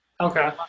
Okay